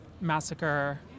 massacre